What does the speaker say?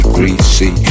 Greasy